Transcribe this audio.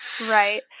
Right